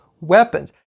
weapons